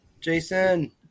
jason